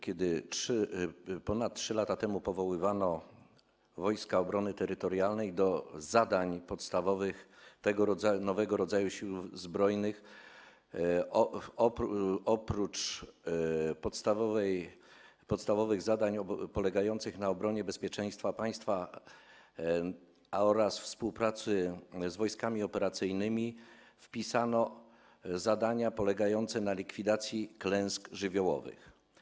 Kiedy ponad 3 lata temu powoływano Wojska Obrony Terytorialnej, do zadań podstawowych tego nowego rodzaju Sił Zbrojnych oprócz podstawowych zadań polegających na obronie bezpieczeństwa państwa oraz współpracy z wojskami operacyjnymi wpisano zadania polegające na likwidacji skutków klęsk żywiołowych.